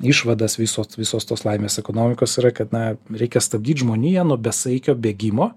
išvadas visos visos tos laimės ekonomikos yra kad na reikia stabdyt žmoniją nuo besaikio bėgimo